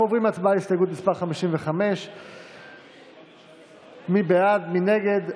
אנחנו עוברים להצבעה על הסתייגות מס' 55. ההסתייגות (55) של קבוצת סיעת הליכוד,